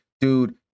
dude